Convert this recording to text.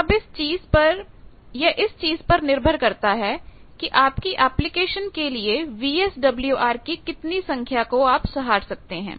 अब यह इस चीज पर निर्भर करता है कि आपकी एप्लीकेशन के लिए VSWR की कितनी संख्या को सहार सकते है